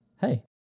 Hey